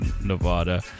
nevada